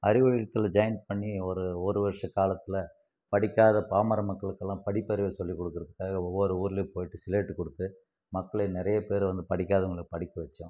அறிவொளி இயக்கத்தில் ஜாயின் பண்ணி ஒரு ஒரு வருஷ காலத்தில் படிக்காத பாமர மக்களுக்கெலாம் படிப்பு அறிவை சொல்லி கொடுக்குறதுக்காக ஒவ்வொரு ஊருலேயும் போய்விட்டு சிலேட்டு கொடுத்து மக்களை நிறைய பேரை வந்து படிக்காதவங்களை படிக்க வைச்சோம்